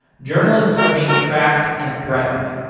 journalists are being tracked and threatened.